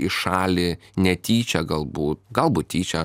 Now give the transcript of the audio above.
į šalį netyčia galbūt galbūt tyčia